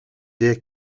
dear